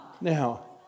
Now